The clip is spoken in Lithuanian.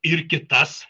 ir kitas